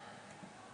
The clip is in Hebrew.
הצעת חוק